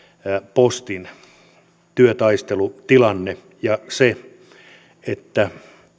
postin työtaistelutilanne ja se että